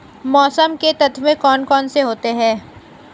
मौसम के तत्व कौन कौन से होते हैं?